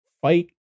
fight